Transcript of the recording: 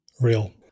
Real